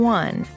one